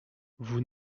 vous